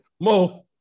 Mo